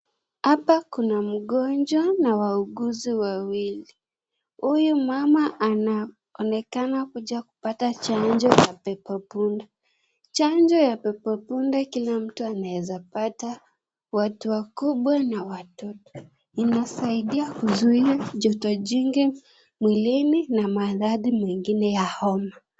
Hapa kuna mgonjwa na wauguzi wawili. Huyu mama anaonekana kuja kupata chanjo ya pepo punda. Chanjo ya pepo punda kila mtu anaweza pata watu wakubwa na watoto. Inasaidia kuzuia joto jingi mwilini na maradhi mengine ya homa.